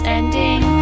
ending